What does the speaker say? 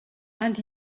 and